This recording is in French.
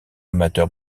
amateur